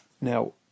Now